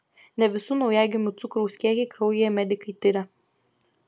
ne visų naujagimių cukraus kiekį kraujyje medikai tiria